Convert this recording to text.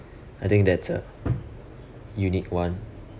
I think that's a unique one